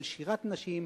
של שירת נשים,